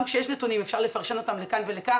גם כשיש נתונים אפשר לפרש אותם לכאן ולכאן,